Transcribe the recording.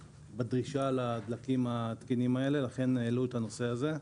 בדרישה לדלקים התקינים האלה ולכן העלו את הנושא הזה.